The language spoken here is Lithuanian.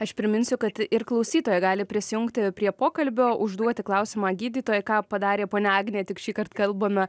aš priminsiu kad ir klausytojai gali prisijungti prie pokalbio užduoti klausimą gydytojai ką padarė ponia agnė tik šįkart kalbame